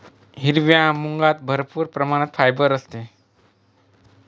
हिरव्या मुगात भरपूर प्रमाणात फायबर असते